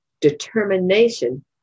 determination